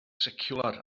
seciwlar